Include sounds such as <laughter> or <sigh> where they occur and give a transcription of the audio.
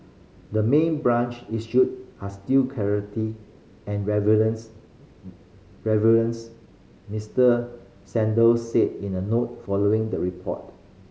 the main brands issue are still clarity and <unintelligible> Mister Saunders said in a note following the report